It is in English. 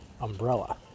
umbrella